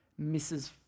Mrs